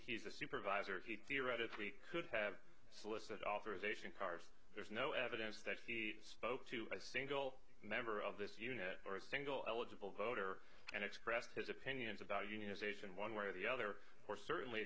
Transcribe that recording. he's a supervisor he theoretically could have solicit authorization card there's no evidence that he spoke to a single member of this unit or a single eligible voter and expressed his opinions about unionization one way or the other or certainly